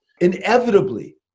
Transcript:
Inevitably